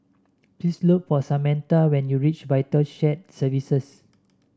please look for Samantha when you reach Vital Shared Services